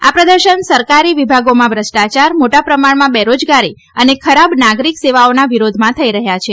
આ પ્રદર્શન સરકારી વિભાગોમાં ભ઼ષ્ટાચાર મોટા પ્રમાણમાં બેરોજગારી અને ખરાબ નાગરીક સેવાઓના વિરોધમાં થઇ રહયાં છે